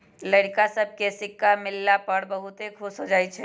लइरका सभके सिक्का मिलला पर बहुते खुश हो जाइ छइ